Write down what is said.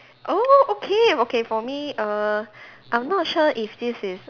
oh okay okay for me err I'm not sure if this is